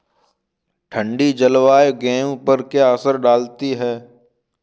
ठंडी जलवायु गेहूँ पर क्या असर डालती है?